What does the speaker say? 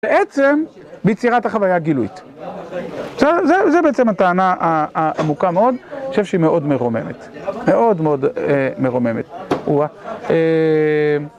בעצם, ביצירת החוויה הגילוית, זו בעצם הטענה העמוקה מאוד, אני חושב שהיא מאוד מרוממת, מאוד מאוד מרוממת.